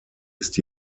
ist